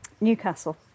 Newcastle